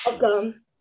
welcome